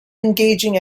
engaging